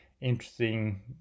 interesting